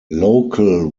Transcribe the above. local